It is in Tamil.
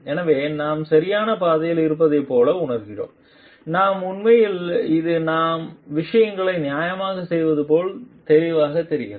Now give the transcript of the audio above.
எனவே நாம் சரியான பாதையில் இருப்பதைப் போல இருக்கிறோம் we உண்மையில் இது நாம் விஷயங்களை நியாயமாகச் செய்வது போல் தெளிவாகத் தெரிகிறது